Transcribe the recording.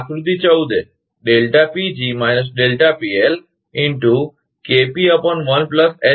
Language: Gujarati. આકૃતિ 14 એ